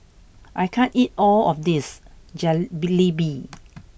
I can't eat all of this Jalebi